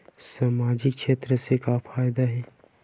सामजिक क्षेत्र से का फ़ायदा हे?